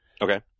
Okay